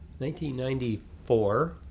1994